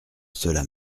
cela